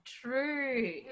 true